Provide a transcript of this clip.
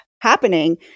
happening